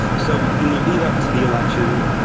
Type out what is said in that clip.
so in the lead-up to the election,